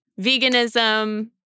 veganism